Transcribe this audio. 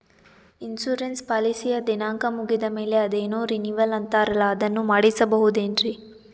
Insurance ಪಾಲಿಸಿಯ ದಿನಾಂಕ ಮುಗಿದ ಮೇಲೆ ಅದೇನೋ ರಿನೀವಲ್ ಅಂತಾರಲ್ಲ ಅದನ್ನು ಮಾಡಿಸಬಹುದೇನ್ರಿ?